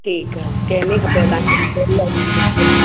ठीकु आहे कंहिं में खपेव तव्हांखे स्टोन वर्क में बि अथव